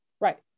Right